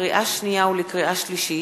לקריאה שנייה ולקריאה שלישית: